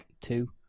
two